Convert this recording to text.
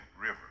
river